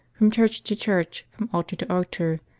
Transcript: from church to church, from altar to altar,